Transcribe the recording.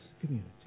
community